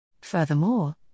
Furthermore